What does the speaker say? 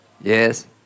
Yes